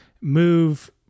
move